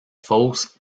fausse